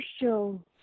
show